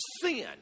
sin